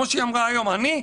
וכמו שהיא אמרה היום שזאת היא,